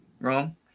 wrong